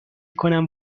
کنم